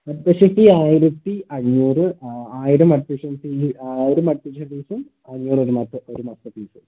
admission fee ആയിരത്തി അഞ്ഞൂറ് ആയിരം അഡ്മിഷൻ ഫീ ആയിരം അഡ്മിഷൻ ഫീസും അഞ്ഞൂറ് ഒരു മാസം ഒരു മാസത്തെ ഫീസും